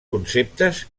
conceptes